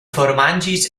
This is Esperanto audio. formanĝis